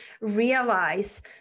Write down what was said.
realize